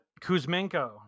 Kuzmenko